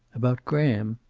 about graham?